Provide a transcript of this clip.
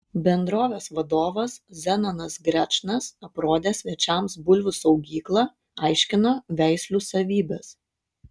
bendrovės vadovas zenonas grečnas aprodė svečiams bulvių saugyklą aiškino veislių savybes